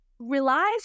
relies